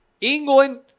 England